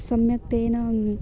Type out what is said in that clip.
सम्यक्तेन